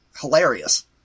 hilarious